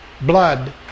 blood